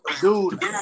dude